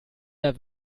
der